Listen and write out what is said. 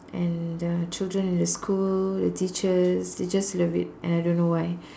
and uh children in the school the teachers they just love it and I don't know why